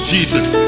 Jesus